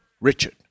Richard